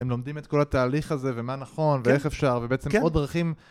הם לומדים את כל התהליך הזה, ומה נכון, ואיך אפשר, ובעצם עוד דרכים.